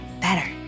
better